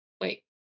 Wait